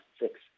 six